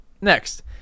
next